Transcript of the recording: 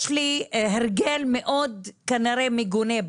יש לי הרגל בכנסת הזו, כנראה מאוד מגונה,